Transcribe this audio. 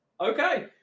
Okay